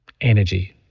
energy